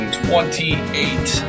28